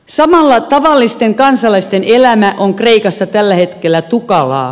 samalla tavallisten kansalaisten elämä on kreikassa tällä hetkellä tukalaa